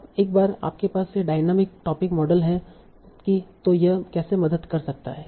अब एक बार आपके पास यह डायनामिक टोपिक मॉडल है कि तों यह कैसे मदद कर सकता है